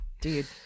Dude